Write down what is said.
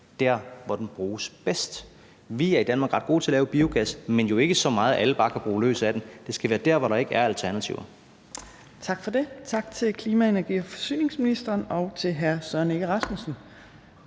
der, hvor den bruges bedst. Vi er i Danmark ret gode til at lave biogas, men vi laver jo ikke så meget, at alle bare kan bruge løs af den. Det skal være der, hvor der ikke er alternativer. Kl. 14:43 Tredje næstformand (Trine Torp): Tak for det. Tak til klima-, energi- og forsyningsministeren og til hr. Søren Egge Rasmussen.